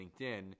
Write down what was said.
LinkedIn